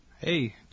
Hey